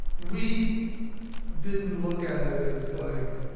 we didn't look at it as, like,